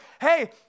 hey